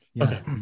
Okay